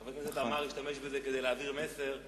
חבר הכנסת עמאר השתמש בזה כדי להעביר מסר.